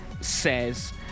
says